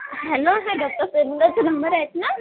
hello हे doctor प्रेमदासचा number आहेत ना